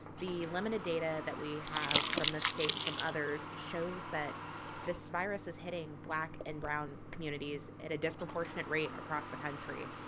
the limited data that we have from the state and from others shows that this virus is hitting black and brown communities at a disproportionate rate across the country.